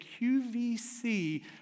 QVC